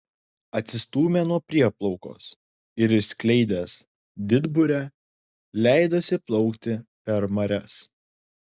atsistūmė nuo prieplaukos ir išskleidęs didburę leidosi plaukti per marias